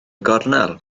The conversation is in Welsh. gornel